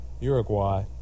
Uruguay